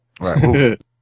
Right